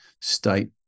state